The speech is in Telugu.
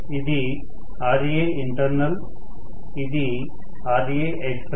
ఇది Raintఇది Raext